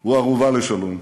הוא ערובה לשלום.